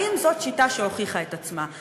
האם זו שיטה שהוכיחה את עצמה.